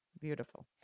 Beautiful